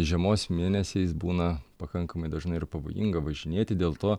žiemos mėnesiais būna pakankamai dažnai ir pavojinga važinėti dėl to